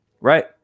Right